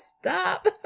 Stop